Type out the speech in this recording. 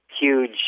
huge